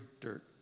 dirt